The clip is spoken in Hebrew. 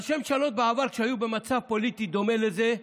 ראשי ממשלות בעבר, כשהיו במצב פוליטי דומה לזה,